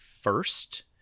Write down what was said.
first